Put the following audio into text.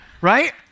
right